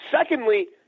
Secondly